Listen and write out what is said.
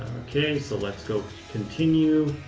okay, so let's go continue.